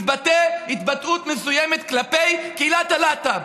התבטא התבטאות מסוימת כלפי קהילת הלהט"ב.